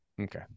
okay